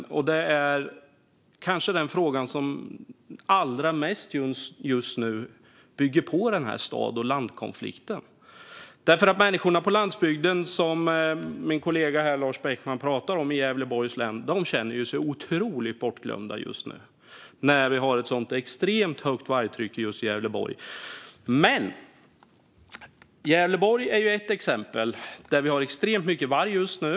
Detta är just nu kanske den fråga som allra mest bygger upp konflikten mellan stad och land. Människorna på landsbygden i Gävleborgs län, som min kollega Lars Beckman pratade om, känner sig otroligt bortglömda just nu när vi har ett sådant extremt högt vargtryck i just Gävleborg. Gävleborg är ett exempel på ett område där det finns extremt mycket varg just nu.